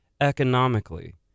economically